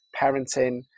parenting